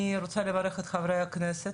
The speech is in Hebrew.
אני רוצה לברך את חברי הכנסת,